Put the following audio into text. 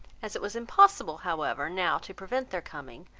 as it was impossible, however, now to prevent their coming,